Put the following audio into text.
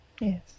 Yes